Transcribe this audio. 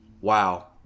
wow